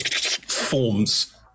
forms